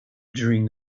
during